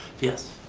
yes.